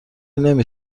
نمی